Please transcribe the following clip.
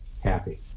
happy